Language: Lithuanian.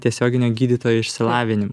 tiesioginio gydytojo išsilavinimo